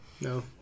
No